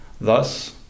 Thus